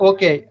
Okay